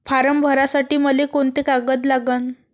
Form भरासाठी मले कोंते कागद लागन?